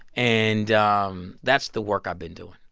and um that's the work i've been doing,